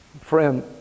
friend